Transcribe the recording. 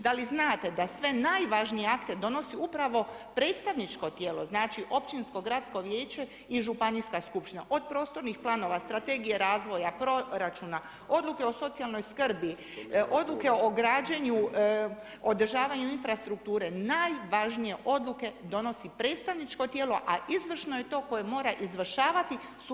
Da li znate da sve najvažnije akte donosi upravo predstavničko tijelo, znači općinsko gradsko vijeće i županijska skupština od prostornih planova, strategije razvoja, proračuna, odluka o socijalnoj skrbi, odluke o građenju i održavanju infrastrukture najvažnije odluke donosi predstavničko tijelo, a izvršno je to koje mora izvršavati sukladno tim odlukama.